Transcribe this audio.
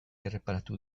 erreparatu